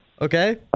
okay